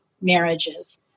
marriages